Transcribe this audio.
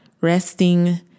resting